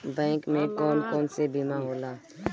Bank में कौन कौन से बीमा होला?